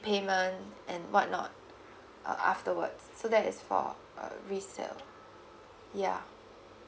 payment and what not uh afterwards so that is for uh resale yeah